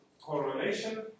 correlation